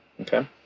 Okay